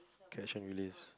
catch and release